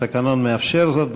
התקנון מאפשר זאת.